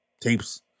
tapes